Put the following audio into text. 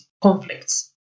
conflicts